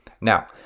Now